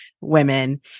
women